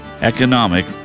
economic